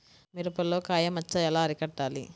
మిరపలో కాయ మచ్చ ఎలా అరికట్టాలి?